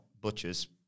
Butcher's